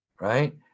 right